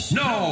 no